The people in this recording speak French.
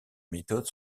méthodes